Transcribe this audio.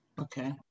okay